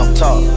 talk